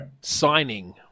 Signing